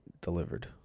delivered